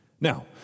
Now